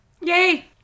Yay